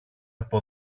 από